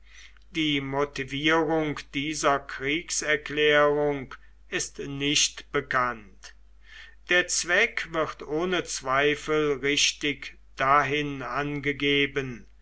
die motivierung dieser kriegserklärung ist nicht bekannt der zweck wird ohne zweifel richtig dahin angegeben